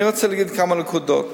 אני רוצה להגיד כמה נקודות.